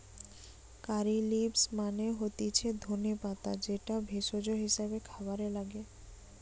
কারী leaves মানে হতিছে ধনে পাতা যেটা ভেষজ হিসেবে খাবারে লাগে